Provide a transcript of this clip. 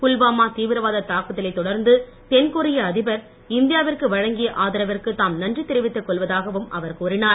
புல்வாமா தீவிரவாத தாக்குதலை தொடர்ந்து தென்கொரிய அதிபர் இந்தியாவிற்கு வழங்கிய ஆதரவிற்கு தாம் நன்றி தெரிவித்து கொள்வதாகவும் அவர் கூறினார்